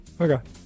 Okay